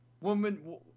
woman